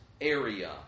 area